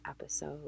episode